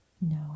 No